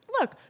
Look